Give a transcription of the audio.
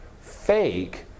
fake